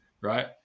Right